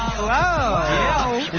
hello